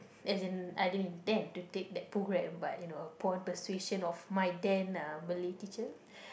as in I didn't intend to take that program but you know upon persuasion of my then uh Malay teacher